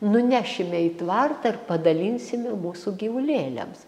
nunešime į tvartą ir padalinsime mūsų gyvulėliams